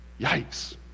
Yikes